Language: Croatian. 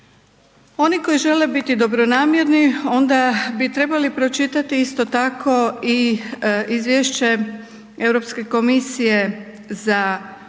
Oni koji žele biti dobronamjerni onda bi trebali pročitati, isto tako i Izvješće EU komisije za Hrvatsku